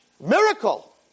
Miracle